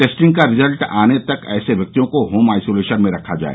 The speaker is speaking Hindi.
टेस्टिंग का रिजल्ट आने तक ऐसे व्यक्तियों को होम आइसोलेशन में रखा जाए